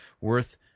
worth